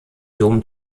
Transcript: dom